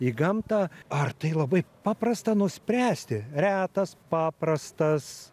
į gamtą ar tai labai paprasta nuspręsti retas paprastas